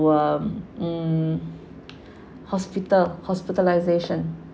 mm hospital hospitalisation